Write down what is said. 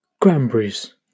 cranberries